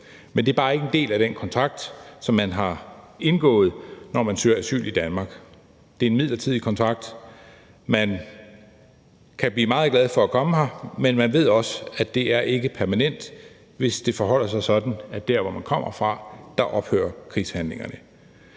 men det er bare ikke en del af den kontrakt, som man har indgået, når man søger asyl i Danmark. Det er en midlertidig kontrakt: Man kan blive meget glad for at komme her, men man ved også, at det ikke er permanent, hvis det forholder sig sådan, at dér, hvor man kommer fra, ophører krigshandlingerne.